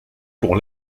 pour